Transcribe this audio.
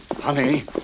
Honey